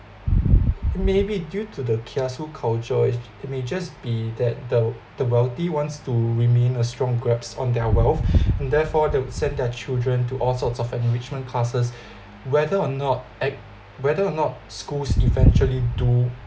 maybe due to the kiasu culture it may just be that the the wealthy wants to remain a strong grabs on their wealth and therefore they send their children to all sorts of enrichment classes whether or not an~ whether or not schools eventually do